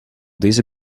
deze